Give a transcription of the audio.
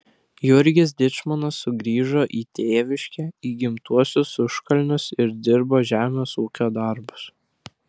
jurgis dyčmonas sugrįžo į tėviškę į gimtuosius užkalnius ir dirbo žemės ūkio darbus